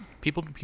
People